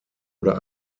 oder